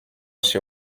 się